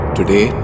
Today